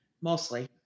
mostly